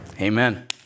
Amen